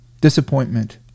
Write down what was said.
disappointment